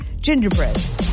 gingerbread